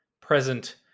present